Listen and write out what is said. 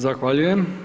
Zahvaljujem.